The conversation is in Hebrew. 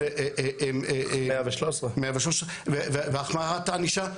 113 והחמרת הענישה,